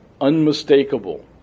unmistakable